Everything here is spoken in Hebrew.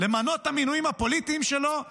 למנות את המינויים הפוליטיים שלו -- עצוב.